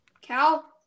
Cal